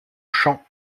champs